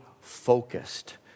focused